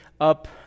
up